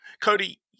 cody